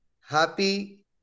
happy